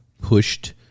pushed